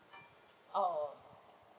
oh